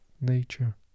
nature